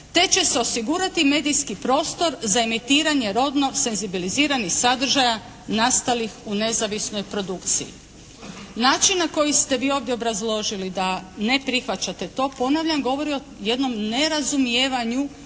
te će se osigurati medijski prostor za emitiranje rodno senzibiliziranih sadržaja nastalih u nezavisnoj produkciji". Način na koji ste vi ovdje obrazložili da ne prihvaćate to, ponavljam, govori o jednom nerazumijevanju